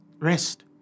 Rest